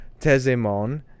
Tezemon